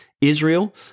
Israel